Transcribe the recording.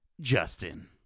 Justin